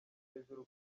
hejuru